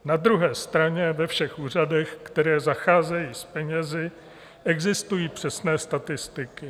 Na druhé straně, ve všech úřadech, které zacházejí s penězi, existují přesné statistiky.